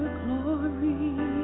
glory